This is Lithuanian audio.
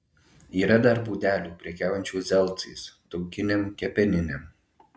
yra dar būdelių prekiaujančių zelcais taukinėm kepeninėm